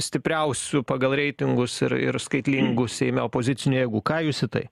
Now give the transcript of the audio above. stipriausių pagal reitingus ir ir skaitlingų seime opozicinių jėgų ką jūs į tai